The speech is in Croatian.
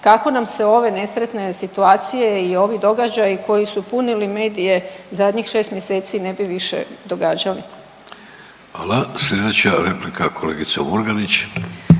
kako nam se ove nesretne situacije i ovi događaji koji su punili medije zadnjih 6 mjeseci ne bi više događali. **Vidović, Davorko